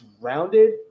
rounded